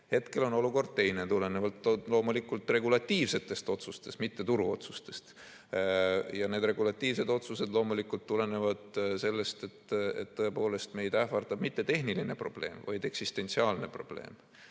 Hetkel on olukord teine, seda tulenevalt loomulikult regulatiivsetest otsustest, mitte turuotsustest. Ja need regulatiivsed otsused loomulikult tulenevad sellest, et tõepoolest meid ähvardab mitte tehniline probleem, vaid eksistentsiaalne probleem.